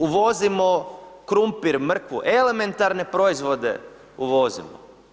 Uvozimo krumpir, mrkvu, elementarne proizvode uvozimo.